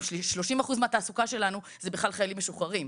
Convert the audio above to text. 30% מהתעסוקה שלנו זה בכלל חיילים משוחררים,